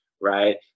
right